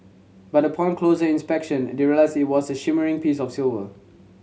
but upon closer inspection they realised it was a shimmering piece of silver